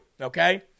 okay